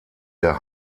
der